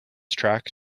track